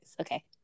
okay